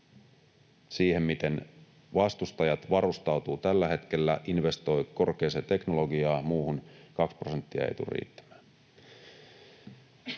Siihen, miten vastustajat varustautuvat tällä hetkellä, investoivat korkeaan teknologiaan ja muuhun, kaksi prosenttia ei tule riittämään.